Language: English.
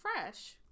fresh